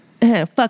Fuck